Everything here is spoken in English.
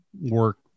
work